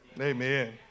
Amen